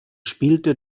spielte